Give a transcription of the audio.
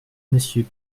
monsieur